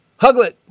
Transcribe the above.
Huglet